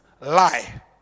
lie